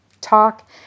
talk